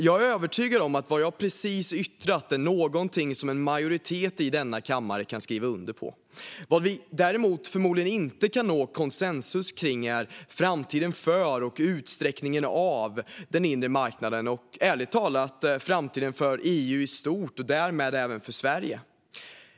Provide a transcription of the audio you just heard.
Jag är övertygad om att vad jag precis yttrat är någonting som en majoritet i denna kammare kan skriva under på. Vad vi däremot förmodligen inte kan nå konsensus om är framtiden för, och utsträckningen av, den inre marknaden och ärligt talat framtiden för EU i stort och därmed även för Sverige.